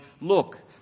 Look